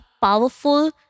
powerful